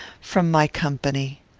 from my company.